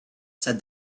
said